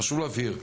חשוב להבהיר,